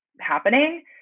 happening